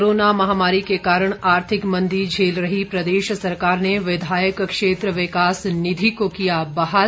corona महामारी के कारण आर्थिक मंदी झेल रही प्रदेश सरकार ने विधायक क्षेत्र विकास निधि को किया बहाल